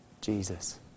Jesus